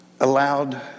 allowed